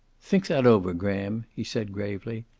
think that over, graham, he said gravely.